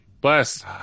bless